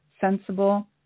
sensible